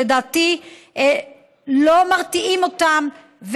שלדעתי לא מרתיעים אותם,